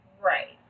Right